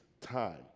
time